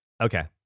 Okay